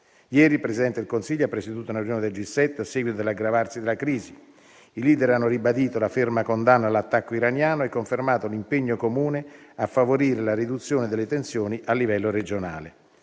Ieri il Presidente del Consiglio ha presieduto una riunione del G7 a seguito dell'aggravarsi della crisi. I *leader* hanno ribadito la ferma condanna all'attacco iraniano e confermato l'impegno comune a favorire la riduzione delle tensioni a livello regionale.